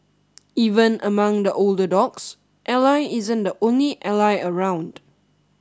even among the older dogs Ally isn't the only Ally around